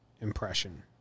impression